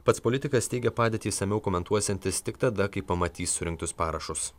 pats politikas teigė padėtį išsamiau komentuosiantis tik tada kai pamatys surinktus parašus